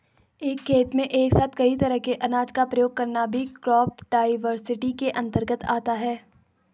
एक खेत में एक साथ कई तरह के अनाज का प्रयोग करना भी क्रॉप डाइवर्सिटी के अंतर्गत आता है